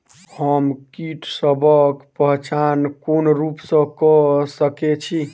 हम कीटसबक पहचान कोन रूप सँ क सके छी?